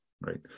right